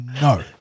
no